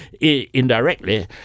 indirectly